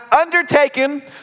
undertaken